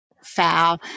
foul